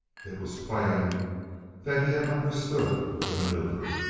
it was plain that he had understood the maneuver.